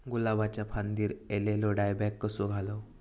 गुलाबाच्या फांदिर एलेलो डायबॅक कसो घालवं?